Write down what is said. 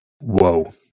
whoa